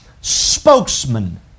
spokesman